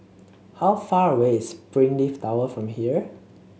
how far away is Springleaf Tower from here